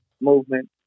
movement